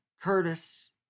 Curtis